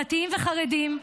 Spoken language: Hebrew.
דתיים וחרדים,